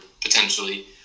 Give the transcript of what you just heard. potentially